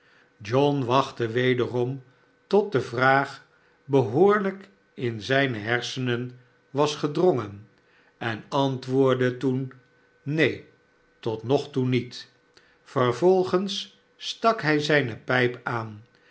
john wachtte wederom tot de vraag behoorlijk in zijne hersenen was gedrongen en antw rdde l neen to nog toe niet vervolgens stak hij zijne pijp aan